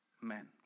men